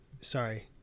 sorry